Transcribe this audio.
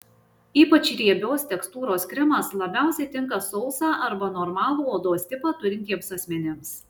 ypač riebios tekstūros kremas labiausiai tinka sausą arba normalų odos tipą turintiems asmenims